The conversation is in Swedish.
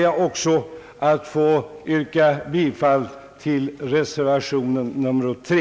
Jag ber att få yrka bifall till reservation 3.